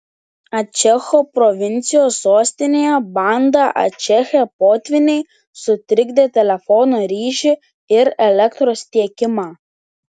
ačecho provincijos sostinėje banda ačeche potvyniai sutrikdė telefono ryšį ir elektros tiekimą